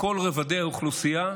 בכל רובדי האוכלוסייה,